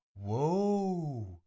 Whoa